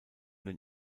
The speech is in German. den